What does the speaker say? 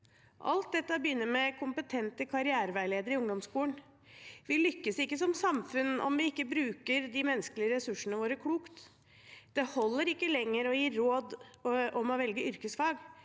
Alt dette begynner med kompetente karriereveiledere i ungdomsskolen. Vi lykkes ikke som samfunn om vi ikke bruker de menneskelige ressursene våre klokt. Det holder ikke lenger å gi råd om å velge yrkesfag.